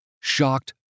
shocked